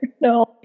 No